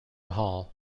hall